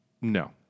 no